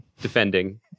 defending